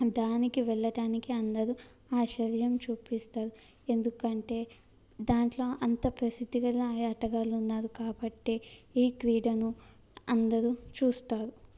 దానికి వెళ్ళటానికి అందరు ఆశ్చర్యం చూపిస్తారు ఎందుకంటే దాంట్లో అంత ప్రసిద్ధి గల ఆ ఆటగాళ్ళు ఉన్నారు కాబట్టి ఈ క్రీడను అందరు చూస్తారు